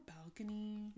balcony